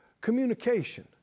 communication